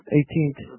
Eighteenth